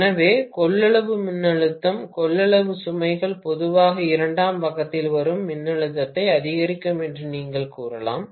எனவே கொள்ளளவு மின்னழுத்தம் கொள்ளளவு சுமைகள் பொதுவாக இரண்டாம் பக்கத்தில் வரும் மின்னழுத்தத்தை அதிகரிக்கும் என்று நீங்கள் கூறலாம்